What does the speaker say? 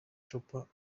chopper